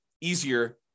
easier